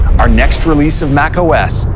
our next release of macos,